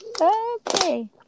Okay